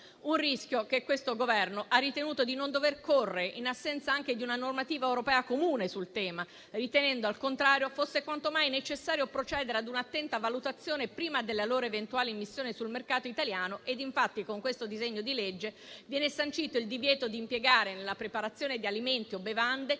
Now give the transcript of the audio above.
Un rischio che questo Governo ha ritenuto di non dover correre, in assenza anche di una normativa europea comune sul tema, ritenendo al contrario che fosse quanto mai necessario procedere ad un'attenta valutazione prima della loro eventuale immissione sul mercato italiano. Infatti con questo disegno di legge viene sancito il divieto di impiegare nella preparazione di alimenti o bevande,